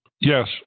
Yes